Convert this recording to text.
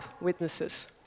witnesses